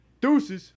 Deuces